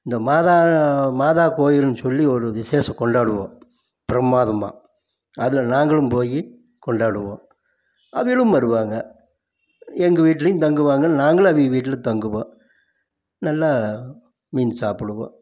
இந்த மாதா மாதா கோயில்ன்னு சொல்லி ஒரு விஷேஷம் கொண்டாடுவோம் பிரம்மாதமாக அதில் நாங்களும் போய் கொண்டாடுவோம் அவகளும் வருவாங்க எங்கள் வீட்லையும் தங்குவாங்க நாங்களும் அவக வீட்டில் தங்குவோம் நல்ல மீன் சாப்பிடுவோம்